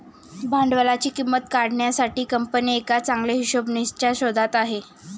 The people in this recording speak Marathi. भांडवलाची किंमत काढण्यासाठी कंपनी एका चांगल्या हिशोबनीसच्या शोधात आहे